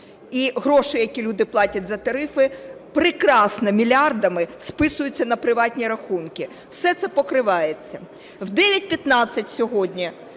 І гроші, які люди платять за тарифи, прекрасно мільярдами списуються на приватні рахунки. Все це покривається. В 9:15 сьогодні,